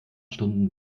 stunden